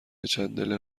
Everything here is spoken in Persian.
چندلر